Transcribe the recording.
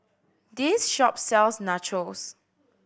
this shop sells Nachos